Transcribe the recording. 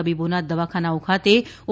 તબીબોના દવાખાનાઓ ખાતે ઓ